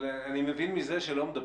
אני מבין מזה שלא מדברים.